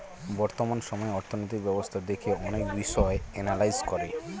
বর্তমান সময়ে অর্থনৈতিক ব্যবস্থা দেখে অনেক বিষয় এনালাইজ করে